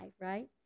right